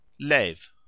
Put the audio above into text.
Lev